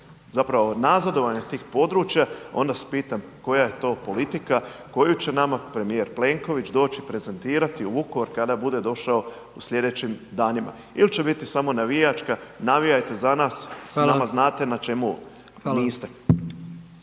sveopćem nazadovanju tih područja onda se pitam koja je to politika koju će nama premijer Plenković doći prezentirati u Vukovar kada bude došao u sljedećim danima ili će biti samo navijačka, navijajte za nas sa nama znate na čemu niste.